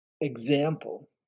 example